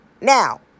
now